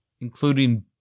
including